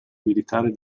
militare